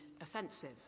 offensive